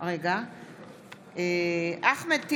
אחמד טיבי,